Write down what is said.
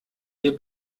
wir